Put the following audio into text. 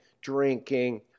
drinking